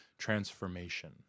transformation